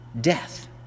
death